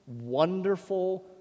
wonderful